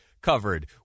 covered